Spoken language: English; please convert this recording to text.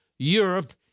Europe